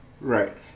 right